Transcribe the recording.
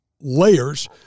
layers